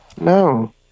No